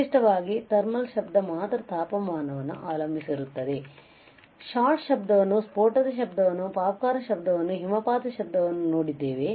ನಿರ್ದಿಷ್ಟವಾಗಿ ಥರ್ಮಲ್ ಶಬ್ದ ಮಾತ್ರ ತಾಪಮಾನವನ್ನು ಅವಲಂಬಿಸಿರುತ್ತದೆ ಶಾಟ್ ಶಬ್ದವನ್ನು ಸ್ಫೋಟದ ಶಬ್ದವನ್ನು ಪಾಪ್ಕಾರ್ನ್ ಶಬ್ದವನ್ನು ಹಿಮಪಾತದ ಶಬ್ದವನ್ನು ನೋಡಿದ್ದೇವೆ